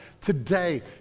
today